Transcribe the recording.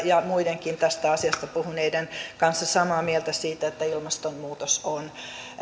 ja muidenkin tästä asiasta puhuneiden kanssa edelleen samaa mieltä siitä että ilmastonmuutos on